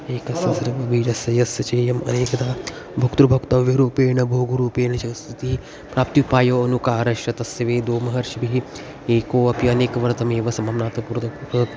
एकस्य सर्वबीजस्य यस्य चेयमनेकधा भोक्तृभोक्तव्यरूपेण भोगरूपेण च स्थितिः प्राप्त्युपायोऽनुकारश्च तस्य वेदो महर्षिभिः एको अपि अनेकवर्त्मेव समाम्नातः पृथक्पृथक्